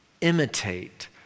imitate